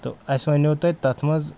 تہٕ اسہِ ؤنیٛوو تۄہہِ تَتھ منٛز